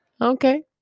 Okay